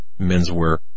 menswear